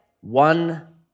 one